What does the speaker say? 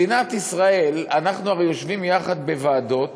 מדינת ישראל, אנחנו הרי יושבים יחד בוועדות,